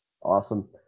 awesome